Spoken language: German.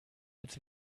als